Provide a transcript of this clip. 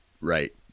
Right